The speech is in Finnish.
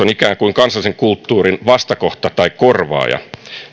on ikään kuin kansallisen kulttuurin vastakohta tai korvaaja